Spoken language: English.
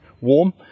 warm